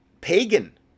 pagan